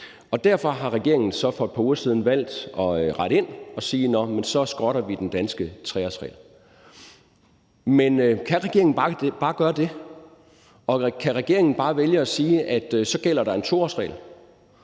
Og derfor har regeringen så for et par uger siden valgt at rette ind og sige: Nå, men så skrotter vi den danske 3-årsregel. Men kan regeringen bare gøre det? Kan regeringen bare vælge at sige, at der så gælder en 2-årsregel